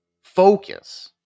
focus